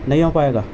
نہیں ہوپائے گا